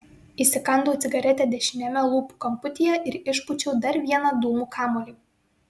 įsikandau cigaretę dešiniame lūpų kamputyje ir išpūčiau dar vieną dūmų kamuolį